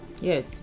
Yes